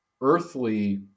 earthly